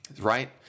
Right